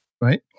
right